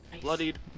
bloodied